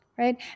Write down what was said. right